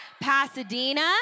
Pasadena